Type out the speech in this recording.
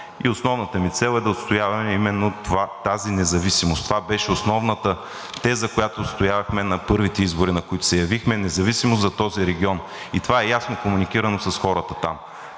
и основната ми цел е да отстояваме именно тази независимост. Това беше основната теза, която отстоявахме на първите избори, на които се явихме, независимост за този регион, и това е ясно комуникирано с хората там.